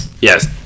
Yes